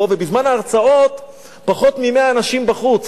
ובזמן ההרצאות פחות מ-100 אנשים בחוץ.